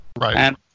right